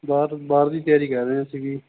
ਬਾਹਰ ਬਾਹਰ ਦੀ ਤਿਆਰੀ ਕਰ ਰਹੇ ਅਸੀਂ ਵੀ